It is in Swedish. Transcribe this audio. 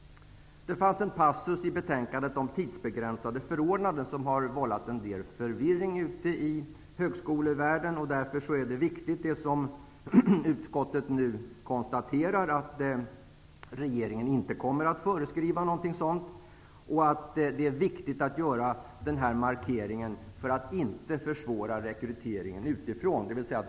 Det fanns en passus i betänkandet om tidsbegränsade förordnanden som har vållat förvirring ute i högskolevärlden. Därför är det viktigt att utskottet nu konstaterar att regeringen inte kommer att föreskriva något sådant. Det är viktigt att göra denna markering för att inte försvåra rekryteringen utifrån.